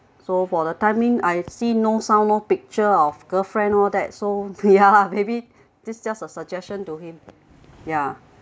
so for the time being I've seen no sign no picture of girlfriend all that so ya maybe this just a suggestion to him ya